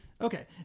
Okay